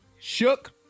shook